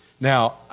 Now